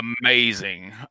amazing